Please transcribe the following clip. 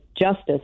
justice